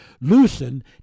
loosen